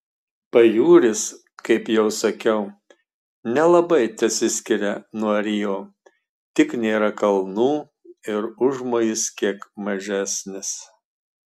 pajūris kaip jau sakiau nelabai tesiskiria nuo rio tik nėra kalnų ir užmojis kiek mažesnis